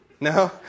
No